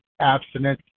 abstinence